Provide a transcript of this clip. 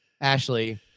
Ashley